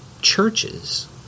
churches